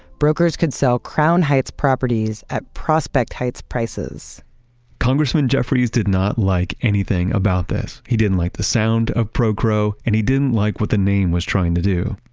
brokers can sell crown heights properties at prospect heights prices congressman jeffries did not like anything about this. he didn't like the sound of procro, and he didn't like what the name was trying to do.